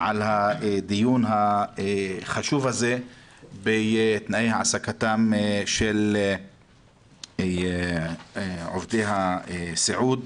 על הדיון החשוב הזה בתנאי העסקתם של עובדי הסיעוד,